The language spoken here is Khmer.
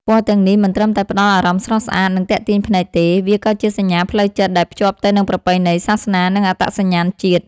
ពណ៌ទាំងនេះមិនត្រឹមតែផ្តល់អារម្មណ៍ស្រស់ស្អាត និងទាក់ទាញភ្នែកទេ វាក៏ជាសញ្ញាផ្លូវចិត្ត ដែលភ្ជាប់ទៅនឹងប្រពៃណី សាសនា និងអត្តសញ្ញាណជាតិ។